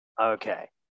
Okay